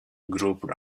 grouped